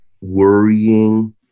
worrying